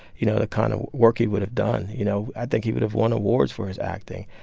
you know, the kind of work he would have done. you know, i think he would have won awards for his acting.